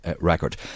record